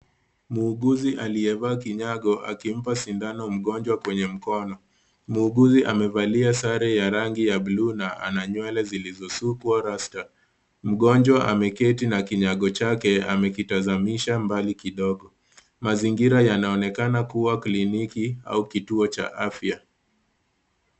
Muuguzi aliyevaa kinyago akimpa sindano mgonjwa kwenye mokono. Muuguzi amevalia sare ya rangi ya bluu na ana nywele zilizosukwa rasta. Mgonjwa ameketi na kinyago chake amekitazamisha mbali kidogo. Mazingira yanaonekana kuwa kliniki au kituo cha afya.